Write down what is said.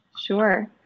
Sure